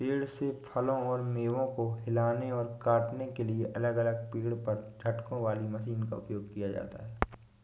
पेड़ से फलों और मेवों को हिलाने और काटने के लिए अलग अलग पेड़ पर झटकों वाली मशीनों का उपयोग किया जाता है